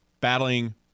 Battling